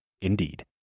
Indeed